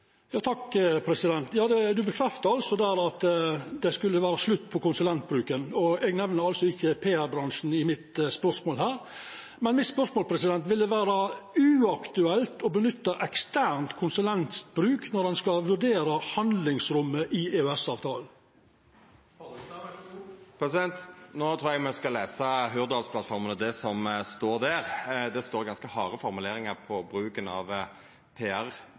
bekreftar altså at det skal vera slutt på konsulentbruken, og eg nemnde altså ikkje PR-bransjen i mitt spørsmål her. Men mitt spørsmål er: Vil det vera uaktuelt å nytta eksterne konsulentar når ein skal vurdera handlingsrommet i EØS-avtalen? No trur eg me skal lesa Hurdalsplattforma og det som står der. Det står ganske harde formuleringar om bruken av